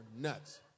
nuts